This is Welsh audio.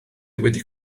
wedi